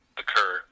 occur